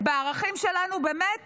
בערכים שלנו, באמת